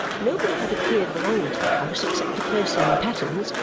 nobody had appeared belonging to the house except a person in pattens,